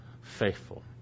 Faithful